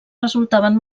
resultaven